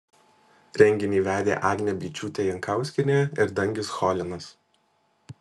renginį vedė agnė byčiūtė jankauskienė ir dangis cholinas